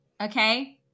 Okay